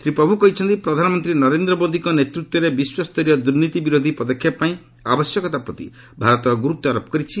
ଶ୍ରୀ ପ୍ରଭୁ କହିଛନ୍ତି ପ୍ରଧାନମନ୍ତ୍ରୀ ନରେନ୍ଦ୍ର ମୋଦିଙ୍କ ନେତୃତ୍ୱରେ ବିଶ୍ୱସ୍ତରୀୟ ଦୁର୍ନୀତି ବିରୋଧି ପଦକ୍ଷେପପାଇଁ ଆବଶ୍ୟକତା ପ୍ରତି ଭାରତ ଗୁରୁତ୍ୱାରୋପ କରିଛି